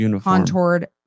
contoured